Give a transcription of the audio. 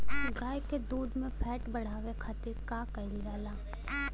गाय के दूध में फैट बढ़ावे खातिर का कइल जाला?